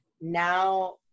now